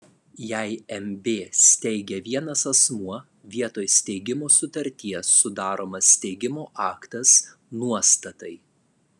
jei mb steigia vienas asmuo vietoj steigimo sutarties sudaromas steigimo aktas nuostatai